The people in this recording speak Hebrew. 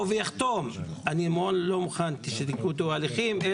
ויחתום שהוא לא מוכן שיינקטו הליכים,